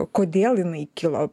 kodėl jinai kilo